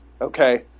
okay